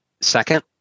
Second